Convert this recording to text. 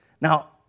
Now